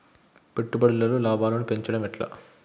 పెట్టుబడులలో లాభాలను పెంచడం ఎట్లా?